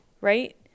right